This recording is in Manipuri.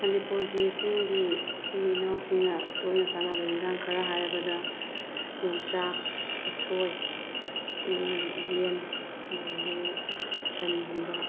ꯃꯅꯤꯄꯨꯔꯒꯤ ꯆꯤꯡꯒꯤ ꯏꯆꯤꯟ ꯏꯅꯥꯎꯁꯤꯡꯅ ꯇꯣꯏꯅ ꯆꯥꯟꯅꯕ ꯑꯦꯟꯁꯥꯡ ꯈꯔ ꯍꯥꯏꯔꯕꯗ ꯌꯣꯡꯆꯥꯛ ꯎꯁꯣꯏ ꯌꯦꯟ ꯑꯗꯨꯗꯒꯤ ꯁꯟꯒꯨꯝꯕ